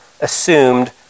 assumed